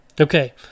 Okay